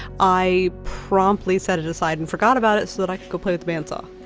i promptly set it aside and forgot about it so that i could go play with the bandsaw.